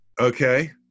Okay